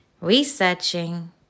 researching